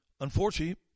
Unfortunately